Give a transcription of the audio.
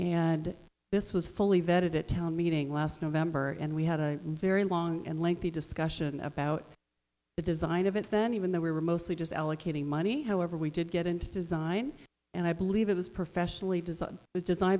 and this was fully vetted it town meeting last november and we had a very long and lengthy discussion about the design of it then even though we were mostly just allocating money however we did get into design and i believe it was professionally